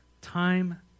time